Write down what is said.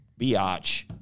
biatch